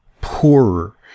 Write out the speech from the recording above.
Poorer